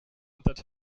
that